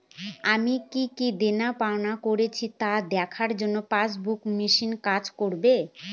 আমি কি কি দেনাপাওনা করেছি তা দেখার জন্য পাসবুক ই মেশিন কাজ করবে?